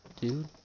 dude